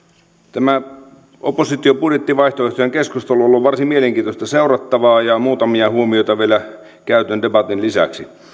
tämä keskustelu opposition budjettivaihtoehdoista on ollut varsin mielenkiintoista seurattavaa ja muutamia huomioita vielä käyn läpi tuon debatin lisäksi